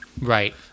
Right